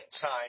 time